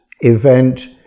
event